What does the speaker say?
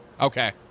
Okay